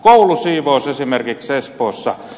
koulusiivous esimerkiksi espoossa